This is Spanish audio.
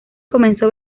comenzó